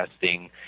testing